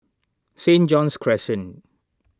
Saint John's Crescent